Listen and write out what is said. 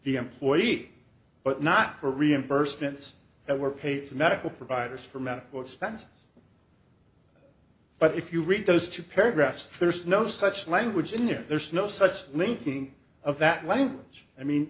the employee but not for reimbursements that were paid to medical providers for medical expenses but if you read those two paragraphs there's no such language in there there's no such linking of that language i mean